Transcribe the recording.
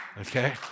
okay